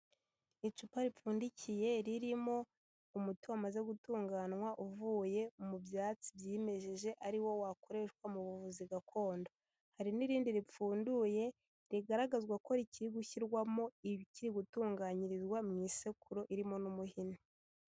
Icupa ripfundikiye ririmo umuti wamaze gutunganywa uvuye mu byatsi byimejeje ari wo wakoreshwa mu buvuzi gakondo, hari n'irindi ripfunduye rigaragazwa ko rikiri gushyirwamo ibikiri gutunganyirizwa mu isekuru irimo n'umuhini.